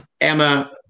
Emma